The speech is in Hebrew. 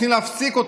צריכים להפסיק אותו,